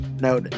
no